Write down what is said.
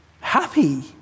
happy